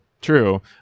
True